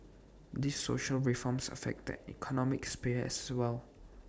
these social reforms affect the economic sphere as well